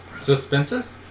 Suspenses